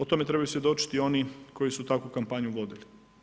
O tome trebaju svjedočiti oni koji su takvu kampanju vodili.